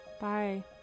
Bye